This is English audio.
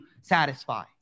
satisfy